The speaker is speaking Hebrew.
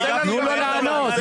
תנו לו לענות.